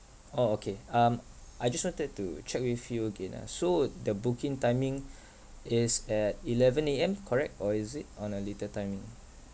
orh okay um I just wanted to check with you again ah so the booking timing is at eleven A_M correct or is it on a later timing